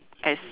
as